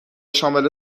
شامل